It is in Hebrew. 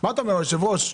מה אתה אומר, היושב-ראש?